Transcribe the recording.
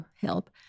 help